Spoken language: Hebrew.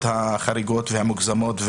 תודה לכל המתכנסים והמתכנסות,